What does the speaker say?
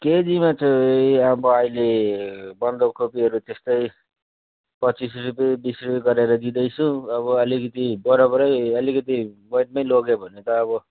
केजीमा चाहिँ अब अहिले बन्द कोपीहरू त्यस्तै पच्चिस रुपियाँ बिस रुपियाँ गरेर दिँदैछु अब अलिकति बरबरै आलिकिति वैटमै लग्यो भने त अब